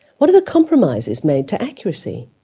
what are the compromises made to accuracy?